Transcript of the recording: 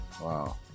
Wow